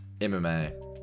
MMA